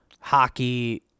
hockey